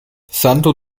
santo